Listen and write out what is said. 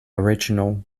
original